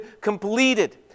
completed